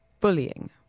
bullying